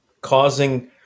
Causing